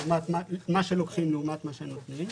מה שלוקחים לעומת מה שנותנים.